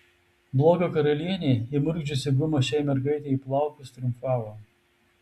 blogio karalienė įmurkdžiusi gumą šiai mergaitei į plaukus triumfavo